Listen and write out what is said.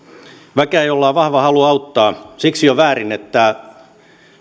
väkeä jolla on vahva halu auttaa siksi on väärin että